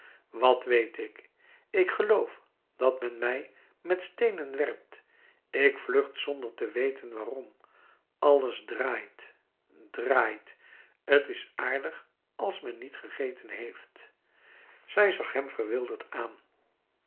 wat weet ik ik geloof dat men mij met steenen werpt ik vlucht zonder te weten waarom alles draait draait t is aardig als men niet gegeten heeft zij zag hem verwilderd aan